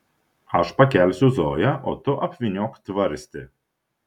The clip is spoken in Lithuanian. aš pakelsiu zoją o tu apvyniok tvarstį